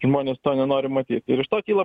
žmonės to nenori matyt ir iš to kyla